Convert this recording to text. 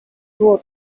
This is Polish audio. było